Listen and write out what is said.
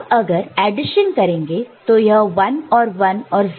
अब अगर एडिशन करेंगे तो यह 1 और 1 और 0